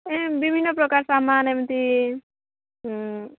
ଉଁ ବିଭିନ୍ନ ପ୍ରକାର ସାମାନ୍ ଏମିତି